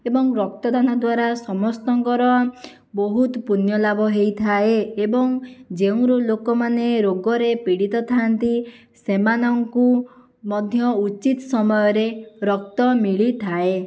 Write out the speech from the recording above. ଏବଂ ରକ୍ତଦାନ ଦ୍ଵାରା ସମସ୍ତଙ୍କର ବହୁତ ପୂଣ୍ୟଲାଭ ହୋଇଥାଏ ଏବଂ ଯେଉଁର ଲୋକମାନେ ରୋଗରେ ପୀଡ଼ିତ ଥାଆନ୍ତି ସେମାନଙ୍କୁ ମଧ୍ୟ ଉଚିତ ସମୟରେ ରକ୍ତ ମିଳିଥାଏ